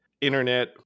internet